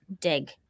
dig